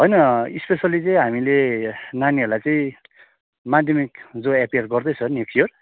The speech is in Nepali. होइन इस्पेसल्ली चाहिँ हामीले नानीहरूलाई चाहिँ माध्यमिक जो एपियर गर्दैछ नेक्सट इयर